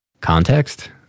context